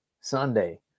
Sunday